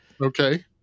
Okay